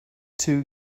too